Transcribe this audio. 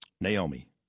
Naomi